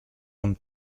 homme